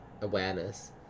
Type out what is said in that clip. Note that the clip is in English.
awareness